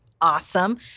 awesome